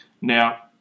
Now